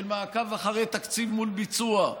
של מעקב אחרי תקציב מול ביצוע,